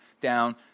down